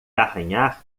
arranhar